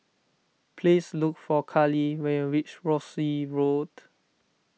please look for Karlie when you reach Rosyth Road